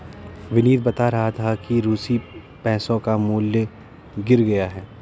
विनीत बता रहा था कि रूसी पैसों का मूल्य गिर गया है